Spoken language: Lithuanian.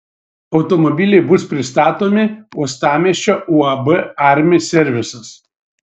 automobiliai bus pristatomi uostamiesčio uab armi servisas